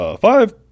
five